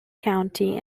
county